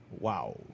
Wow